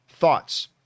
thoughts